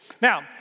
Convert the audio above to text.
Now